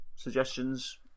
Suggestions